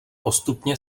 postupně